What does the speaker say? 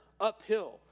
uphill